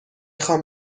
خوام